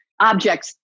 objects